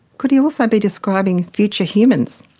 could he also be describing future humans?